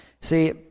see